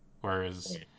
Whereas